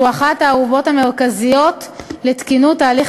שהוא אחת הערובות המרכזיות לתקינות ההליך